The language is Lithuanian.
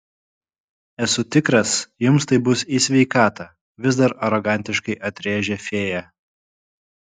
esu tikras jums tai bus į sveikatą vis dar arogantiškai atrėžė fėja